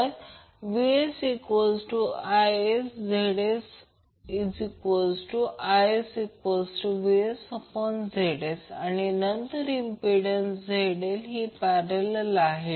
तर VsIsZs⇔IsVsZs आणि नंतर इम्पिडंस Zs ही पॅरलल आहे